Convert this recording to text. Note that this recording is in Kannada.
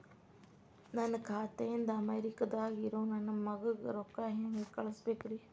ನನ್ನ ಖಾತೆ ಇಂದ ಅಮೇರಿಕಾದಾಗ್ ಇರೋ ನನ್ನ ಮಗಗ ರೊಕ್ಕ ಹೆಂಗ್ ಕಳಸಬೇಕ್ರಿ?